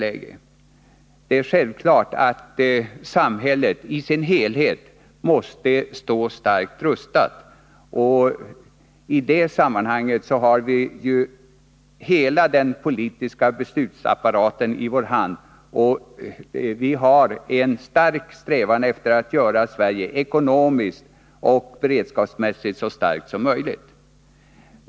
Ja, det är självklart att samhället i sin helhet måste stå starkt rustat. I det sammanhanget har vi hela den politiska beslutsapparaten i vår hand, och vi har en stark strävan att göra Sverige ekonomiskt och beredskapsmässigt så starkt som möjligt.